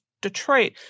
Detroit